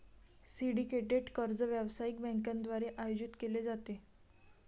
syndicated कर्ज व्यावसायिक बँकांद्वारे आयोजित केले जाते